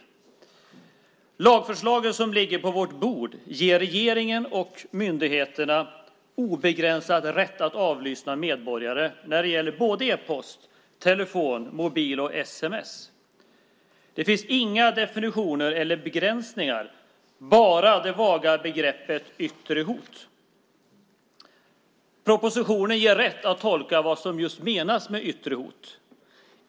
Det lagförslag som nu ligger på våra bord ger regeringen och myndigheterna obegränsad rätt att avlyssna medborgare när det gäller e-post, telefon, mobiltelefon och sms. Det finns inga definitioner eller begränsningar utan bara det vaga begreppet "yttre hot". Propositionen ger rätten att tolka vad som menas med just "yttre hot".